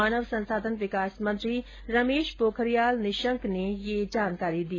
मानव संसाधन विकास मंत्री रमेश पोखरियाल निशंक ने ये जानकारी दी